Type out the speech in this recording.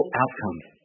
outcomes